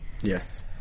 yes